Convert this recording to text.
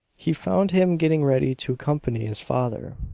he found him getting ready to accompany his father,